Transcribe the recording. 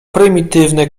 prymitywne